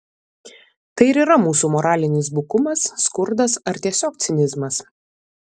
tai ir yra mūsų moralinis bukumas skurdas ar tiesiog cinizmas